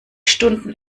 stunden